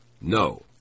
No